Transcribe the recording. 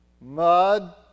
Mud